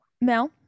mel